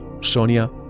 Sonia